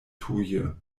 tuje